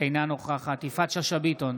אינה נוכחת יפעת שאשא ביטון,